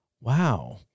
Wow